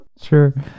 Sure